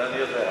זה אני יודע.